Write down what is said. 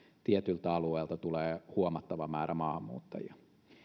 tietyltä alueelta tulee huomattava määrä maahanmuuttajia